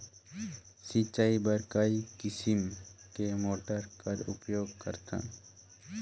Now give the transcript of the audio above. सिंचाई बर कई किसम के मोटर कर उपयोग करथन?